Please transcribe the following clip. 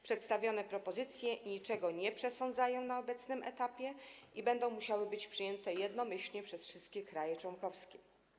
Przedstawione propozycje niczego nie przesądzają na obecnym etapie i będą musiały być przyjęte jednomyślnie przez wszystkie kraje członkowskie.